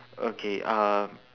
okay uh